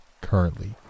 currently